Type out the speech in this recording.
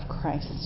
Christ